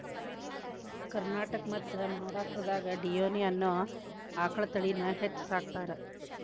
ಕರ್ನಾಟಕ ಮತ್ತ್ ಮಹಾರಾಷ್ಟ್ರದಾಗ ಡಿಯೋನಿ ಅನ್ನೋ ಆಕಳ ತಳಿನ ಹೆಚ್ಚ್ ಸಾಕತಾರ